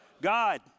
God